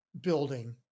building